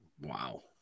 Wow